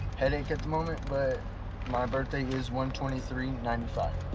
headache at the moment. but my birthday is one twenty three ninety five.